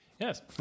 Yes